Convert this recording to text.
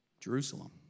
Jerusalem